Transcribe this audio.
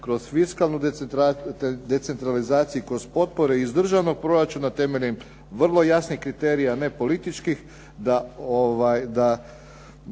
kroz fiskalnu decentralizaciju i kroz potpore iz državnog proračuna, temeljem vrlo jasnih kriterija, a ne političkih da